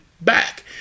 back